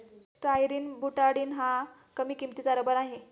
styrene butadiene हा कमी किंमतीचा रबर आहे